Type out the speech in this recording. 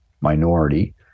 minority